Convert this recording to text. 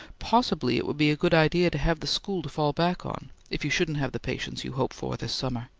possibly it would be a good idea to have the school to fall back on, if you shouldn't have the patients you hope for this summer.